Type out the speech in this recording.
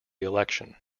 election